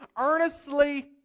earnestly